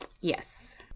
Yes